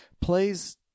Please